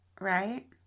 right